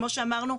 כמו שאמרנו,